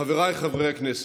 חבריי חברי הכנסת,